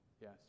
Yes